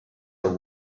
all